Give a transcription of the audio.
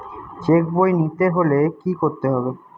Check বই নিতে হলে কি করতে হবে?